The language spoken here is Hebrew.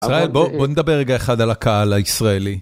ישראל, בוא נדבר רגע אחד על הקהל הישראלי.